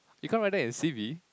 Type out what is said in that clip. you can't write that in your c_v